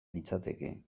litzateke